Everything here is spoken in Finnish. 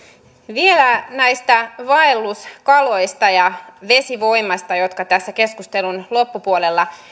vielä näistä vaelluskaloista ja vesivoimasta jotka tässä keskustelun loppupuolella